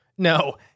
No